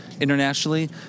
internationally